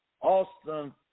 Austin